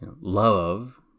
Love